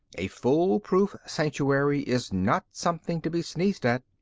a foolproof sanctuary is not something to be sneezed at.